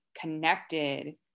connected